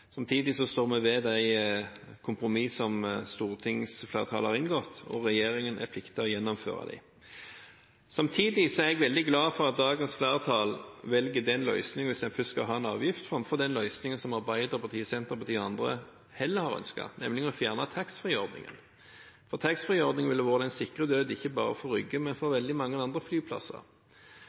Samtidig står vi ved de kompromissene som stortingsflertallet har inngått, og regjeringen er forpliktet til å gjennomføre dem. Samtidig er jeg veldig glad for at dagens flertall velger denne løsningen hvis en først skal ha en avgift, framfor den løsningen som Arbeiderpartiet, Senterpartiet og andre heller har ønsket, nemlig å fjerne taxfree-ordningen. Å fjerne taxfree-ordningen ville ha vært den sikre død ikke bare for Rygge, men for veldig mange andre flyplasser.